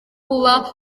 kuba